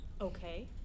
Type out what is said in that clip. Okay